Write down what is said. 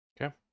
Okay